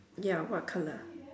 ya what color